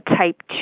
Type